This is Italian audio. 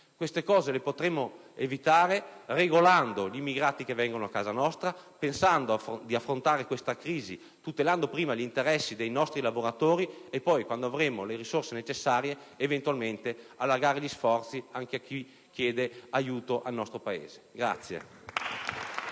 evitare tutto ciò regolando gli immigrati che vengono a casa nostra, pensando di affrontare questa crisi tutelando prima gli interessi dei nostri lavoratori e poi, quando avremo le risorse necessarie, eventualmente allargando gli sforzi anche a chi chiede aiuto al nostro Paese.